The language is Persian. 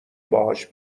باهاش